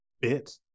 bit